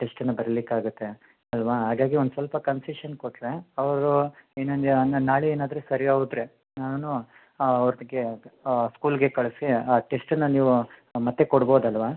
ಟೆಸ್ಟ್ನ ಬರೀಲಿಕ್ಕೆ ಆಗುತ್ತೆ ಅಲ್ಲವಾ ಹಾಗಾಗಿ ಒಂದು ಸ್ವಲ್ಪ ಕನ್ಸೆಷನ್ ಕೊಟ್ಟರೆ ಅವರದ್ದು ಇನ್ನೊಂದು ಏನಂದರೆ ನಾಳೆ ಏನಾದರು ಸರಿ ಹೋದ್ರೆ ನಾನು ಅವನಿಗೆ ಸ್ಕೂಲಿಗೆ ಕಳಿಸಿ ಆ ಟೆಸ್ಟನ್ನು ನೀವು ಮತ್ತೆ ಕೊಡ್ಬೋದಲ್ಲವಾ